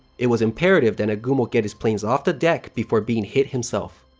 it was imperative than nagumo get his planes off the deck before being hit himself.